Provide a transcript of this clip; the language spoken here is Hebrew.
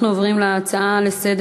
אנחנו עוברים לנושא הבא: